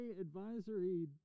Advisory